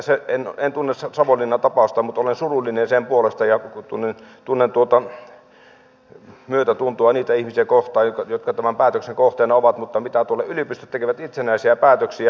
en tunne savonlinnan tapausta mutta olen surullinen sen puolesta ja tunnen myötätuntoa niitä ihmisiä kohtaan jotka tämän päätöksen kohteena ovat mutta yliopistot tekevät itsenäisiä päätöksiä